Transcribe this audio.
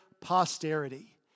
posterity